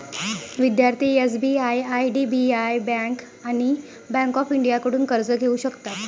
विद्यार्थी एस.बी.आय आय.डी.बी.आय बँक आणि bank of इंडियाकडून कर्ज घेऊ शकतात